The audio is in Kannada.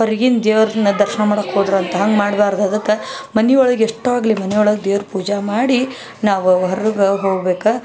ಹೊರ್ಗಿನ ದೇವ್ರನ್ನ ದರ್ಶನ ಮಾಡೋಕೆ ಹೋದ್ರಂತೆ ಹಂಗೆ ಮಾಡ್ಬಾರ್ದು ಅದಕ್ಕೆ ಮನೆಯೊಳಗೆ ಎಷ್ಟು ಆಗಲಿ ಮನೆಯೊಳಗೆ ದೇವ್ರ ಪೂಜೆ ಮಾಡಿ ನಾವು ಹೊರ್ಗೆ ಹೋಗ್ಬೇಕು